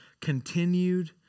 continued